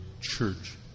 church